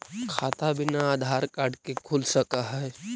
खाता बिना आधार कार्ड के खुल सक है?